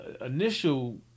initial